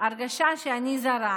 הרגשה שאני זרה,